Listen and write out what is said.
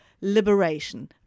liberation